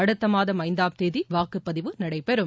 அடுத்தமாதம் ஐந்தாம் தேதி வாக்குப்பதிவு நடைபெறும்